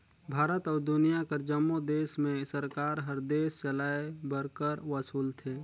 भारत अउ दुनियां कर जम्मो देस में सरकार हर देस चलाए बर कर वसूलथे